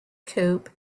coupe